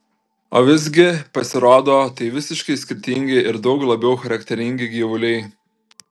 o visgi pasirodo tai visiškai skirtingi ir daug labiau charakteringi gyvuliai